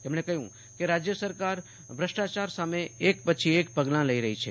તેમણે કહ્યુ કે રાજ્ય સરકાર ભષ્ટાચાર સામે એક પછી એક પગલા ભરી રહી છે